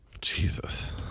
Jesus